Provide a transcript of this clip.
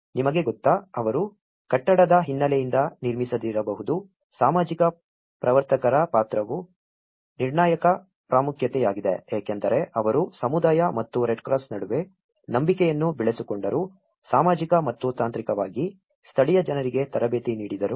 ನಿಮಗೆ ಗೊತ್ತಾ ಅವರು ಕಟ್ಟಡದ ಹಿನ್ನೆಲೆಯಿಂದ ನಿರ್ಮಿಸದಿರಬಹುದು ಸಾಮಾಜಿಕ ಪ್ರವರ್ತಕರ ಪಾತ್ರವು ನಿರ್ಣಾಯಕ ಪ್ರಾಮುಖ್ಯತೆಯಾಗಿದೆ ಏಕೆಂದರೆ ಅವರು ಸಮುದಾಯ ಮತ್ತು ರೆಡ್ಕ್ರಾಸ್ ನಡುವೆ ನಂಬಿಕೆಯನ್ನು ಬೆಳೆಸಿಕೊಂಡರು ಸಾಮಾಜಿಕ ಮತ್ತು ತಾಂತ್ರಿಕವಾಗಿ ಸ್ಥಳೀಯ ಜನರಿಗೆ ತರಬೇತಿ ನೀಡಿದರು